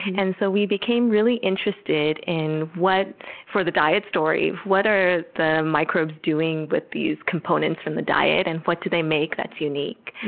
and so we became really interested in, for the diet story, what are the microbes doing with these components from the diet, and what do they make that's unique?